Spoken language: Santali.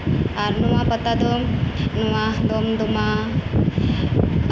ᱟᱨ ᱱᱚᱣᱟ ᱯᱟᱛᱟ ᱫᱚ ᱱᱚᱣᱟ ᱫᱚᱢ ᱫᱚᱢᱟ